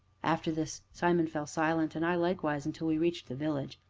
after this simon fell silent, and i likewise, until we reached the village.